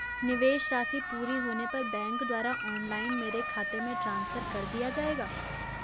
निवेश राशि पूरी होने पर बैंक द्वारा ऑनलाइन मेरे खाते में ट्रांसफर कर दिया जाएगा?